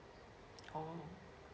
orh